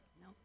no